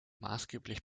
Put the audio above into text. maßgeblich